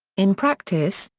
in practice,